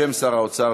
בשם שר האוצר,